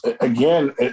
again